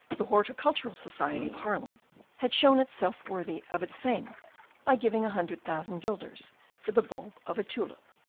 the horticultural society of haarlem had shown itself worthy of its fame by giving a hundred thousand guilders for the bulb of a tulip.